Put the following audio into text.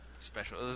special